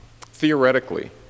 Theoretically